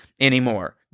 anymore